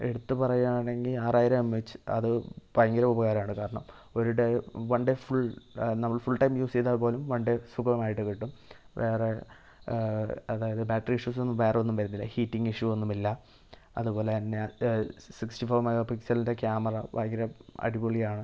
എടുത്ത് പറയാണെങ്കീൽ ആറായിരം എം എച്ച് അത് ഭയങ്കര ഉപകാരം ആണ് കാരണം ഒരു ഡേ വൺ ഡേ ഫുൾ നമ്മൾ ഫുൾ ടൈം യൂസ് ചെയ്താൽ പോലും വൺ ഡേ സുഖമായിട്ട് കിട്ടും വേറെ അതായത് ബാറ്ററി ഇഷ്യൂസ് ഒന്നും വേറൊന്നും വരുന്നില്ല ഹീറ്റിംഗ് ഇഷ്യൂ ഒന്നും ഇല്ല അതുപോലെ തന്നെ സിക്സ്റ്റി ഫോർ മെഗാ പിക്സലിൻ്റെ ക്യാമറ ഭയങ്കര അടിപൊളിയാണ്